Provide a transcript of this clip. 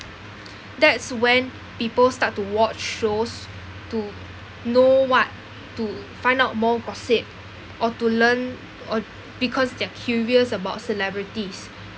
that's when people start to watch shows to know what to find out more gossip or to learn or because they're curious about celebrities